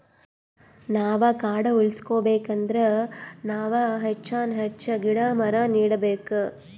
ನಾವ್ ಕಾಡ್ ಉಳ್ಸ್ಕೊಬೇಕ್ ಅಂದ್ರ ನಾವ್ ಹೆಚ್ಚಾನ್ ಹೆಚ್ಚ್ ಗಿಡ ಮರ ನೆಡಬೇಕ್